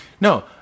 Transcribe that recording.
No